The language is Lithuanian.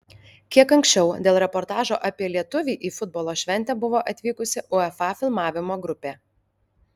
kiek anksčiau dėl reportažo apie lietuvį į futbolo šventę buvo atvykusi uefa filmavimo grupė